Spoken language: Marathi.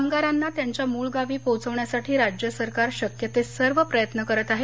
कामगारांना त्यांच्या मूळ गावी पोहोचवण्यासाठी राज्य सरकार शक्य ते सर्व प्रयत्न करत आहे